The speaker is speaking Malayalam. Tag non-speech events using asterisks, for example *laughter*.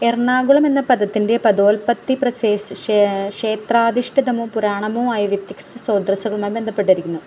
എറണാകുളം എന്ന പദത്തിൻ്റെ പദോൽപത്തി ക്ഷേത്രാധിഷ്ഠിതമോ പുരാണമോ ആയ *unintelligible* ബന്ധപ്പെട്ടിരിക്കുന്നു